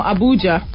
Abuja